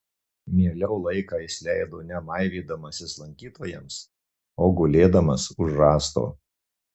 mieliau laiką jis leido ne maivydamasis lankytojams o gulėdamas už rąsto